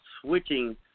switching